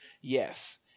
Yes